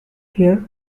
here